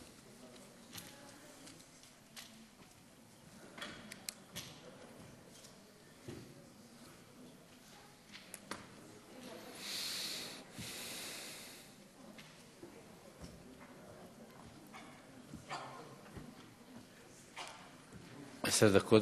עשר דקות.